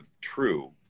true